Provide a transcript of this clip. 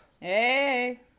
Hey